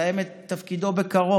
שיסיים את תפקידו בקרוב,